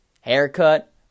haircut